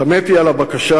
תמהתי על הבקשה,